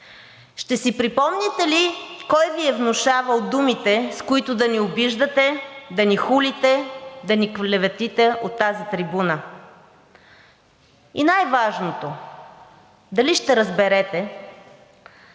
Ще си припомните ли кой Ви е внушавал думите, с които да ни обиждате, да ни хулите, да ни клеветите от тази трибуна? И най-важното, дали ще разберете,